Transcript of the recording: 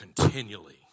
continually